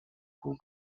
pół